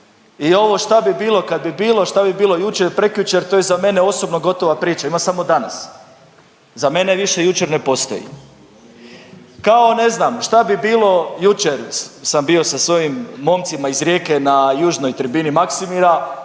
I ovo šta bi bilo kad bi bilo, šta bi bilo jučer, prekjučer, to je za mene osobno gotova priča, ima samo danas, za mene više jučer ne postoji. Kao ne znam, šta bi bilo, jučer sam bio sa svojim momcima iz Rijeke na južnoj tribini Maksimira,